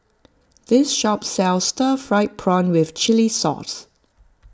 this shop sells Stir Fried Prawn with Chili Sauce